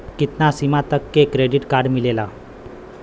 कितना सीमा तक के क्रेडिट कार्ड मिलेला?